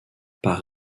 par